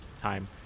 time